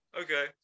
okay